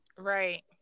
Right